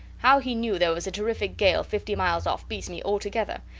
how he knew there was a terrific gale fifty miles off beats me altogether.